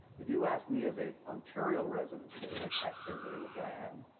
if you asked me as a ontario resident today and a taxpayer today, which i am,